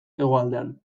hegoaldean